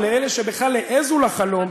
או לאלה שבכלל העזו לחלום,